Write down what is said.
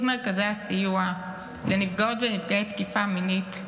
מרכזי הסיוע לנפגעות ונפגעי תקיפה מינית,